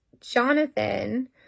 Jonathan